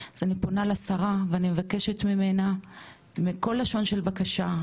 אז אני פונה לשרה ואני מבקשת ממנה בכל לשון של בקשה,